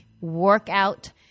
Workout